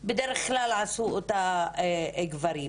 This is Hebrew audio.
בדרך כלל עשו אותה גברים,